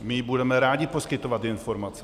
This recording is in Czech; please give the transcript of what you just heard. My budeme rádi poskytovat informace.